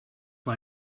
war